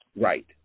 Right